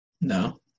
No